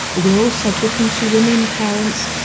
we are also talking to women, parents,